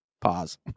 Pause